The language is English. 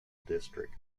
district